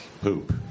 poop